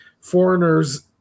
foreigners